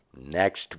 next